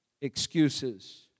Excuses